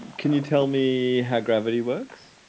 can you tell me how gravity works?